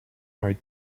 are